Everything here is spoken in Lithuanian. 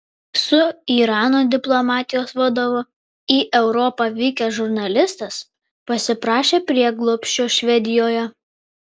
su irano diplomatijos vadovu į europą vykęs žurnalistas pasiprašė prieglobsčio švedijoje